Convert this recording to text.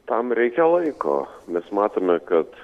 tam reikia laiko mes matome kad